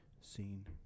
scene